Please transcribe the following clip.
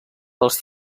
els